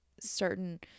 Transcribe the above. certain